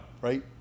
right